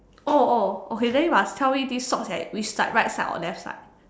oh oh okay then you must tell me this socks at which side right side or left side